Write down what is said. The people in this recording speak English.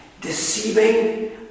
deceiving